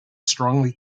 strongly